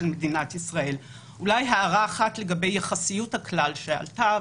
לי הערה לגבי יחסיות הכללית.